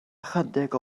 ychydig